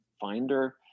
Finder